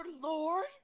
lord